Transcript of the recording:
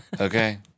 Okay